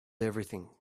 everything